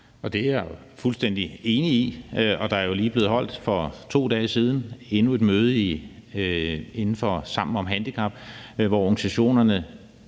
Det er jeg fuldstændig enig i. Og der er jo lige for 2 dage siden blevet holdt endnu et møde i Sammen om handicap, hvor organisationerne